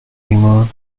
ایمان